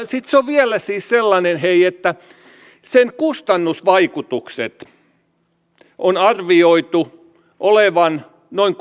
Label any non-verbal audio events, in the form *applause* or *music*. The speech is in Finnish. sitten se on vielä siis sellainen hei että sen kustannusvaikutusten on arvioitu olevan noin *unintelligible*